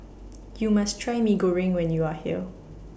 YOU must Try Mee Goreng when YOU Are here